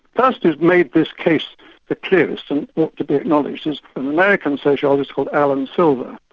person who made this case the clearest and ought to be acknowledged, is an american sociologist called allan silver,